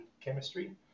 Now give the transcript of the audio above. chemistry